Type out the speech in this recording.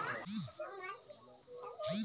एक अच्छी गाय की कीमत क्या है?